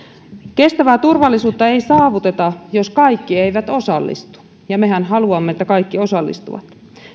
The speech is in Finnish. kestävää turvallisuutta ei saavuteta jos kaikki eivät osallistu ja mehän haluamme että kaikki osallistuvat